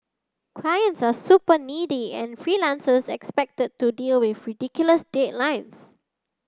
clients are super needy and freelancers expected to deal with ridiculous deadlines